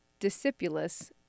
discipulus